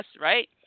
right